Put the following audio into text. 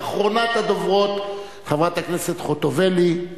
אחרונת הדוברות, חברת הכנסת חוטובלי,